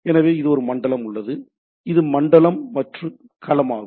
எனவே ஒரு மண்டலம் உள்ளது இது மண்டலம் மற்றும் களமாகும்